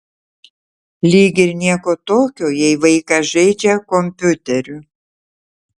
lyg ir nieko tokio jei vaikas žaidžia kompiuteriu